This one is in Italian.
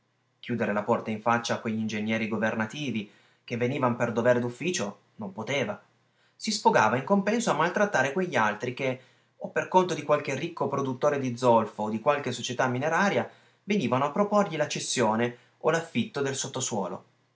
chiudere la porta in faccia a quegli ingegneri governativi che venivan per dovere d'ufficio non poteva si sfogava in compenso a maltrattare quegli altri che o per conto di qualche ricco produttore di zolfo o di qualche società mineraria venivano a proporgli la cessione o l'affitto del sottosuolo